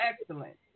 excellent